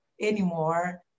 anymore